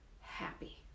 happy